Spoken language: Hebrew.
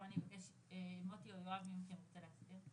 פה אני אבקש שמוטי או יואב, מי מכם רוצה להסביר?